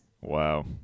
wow